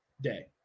day